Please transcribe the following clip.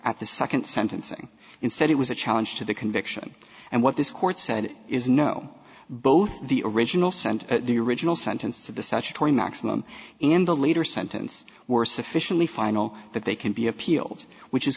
at the second sentencing instead it was a challenge to the conviction and what this court said is no both the original sent the original sentence to the statutory maximum and the later sentence were sufficiently final that they can be appealed which is